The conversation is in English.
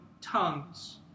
tongues